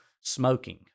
Smoking